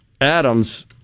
Adams